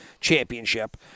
championship